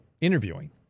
interviewing